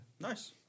Nice